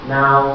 now